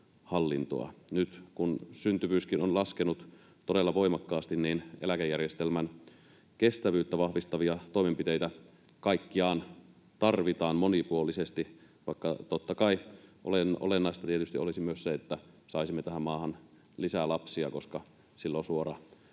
Nyt kun syntyvyyskin on laskenut todella voimakkaasti, niin eläkejärjestelmän kestävyyttä vahvistavia toimenpiteitä kaikkiaan tarvitaan monipuolisesti, vaikka totta kai olennaista tietysti olisi se, että saisimme tähän maahan lisää lapsia, koska sillä on suuri